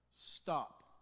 Stop